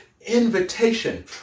invitation